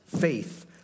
faith